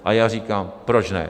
A já říkám: Proč ne?